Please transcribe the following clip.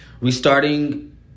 Restarting